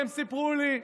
כי הם סיפרו לי,